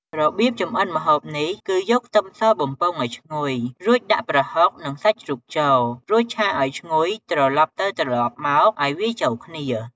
របៀបចម្អិនម្ហូបនេះ គឺយកខ្ទឹមសបំពងឲ្យឈ្ងុយ រួចដាក់ប្រហុកនឹងសាច់ជ្រូកចូលរួចឆាឲ្យឈ្ងុយ ត្រឡប់ទៅត្រឡប់មកឲ្យវាចូលគ្នា។